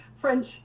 French